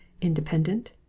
independent